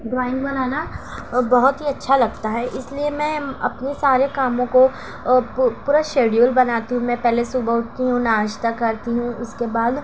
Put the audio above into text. drawing بنانا بہت ہی اچّھا لگتا ہے اس لیے میں اپنے سارے کاموں کو پورا شیڈیول بناتی ہوں میں پہلے صبح اٹھتی ہوں ناشتہ کرتی ہوں اس کے بعد